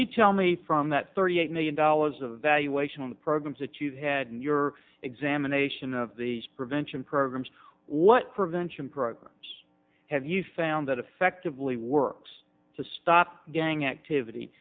you tell me from that thirty eight million dollars a valuation of the programs that you've had in your examination of these prevention programs what prevention programs have you found that effectively works to stop gang activity